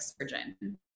surgeon